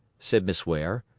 said miss ware,